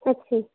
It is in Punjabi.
ਅੱਛਾ ਜੀ